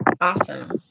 awesome